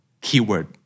keyword